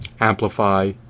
amplify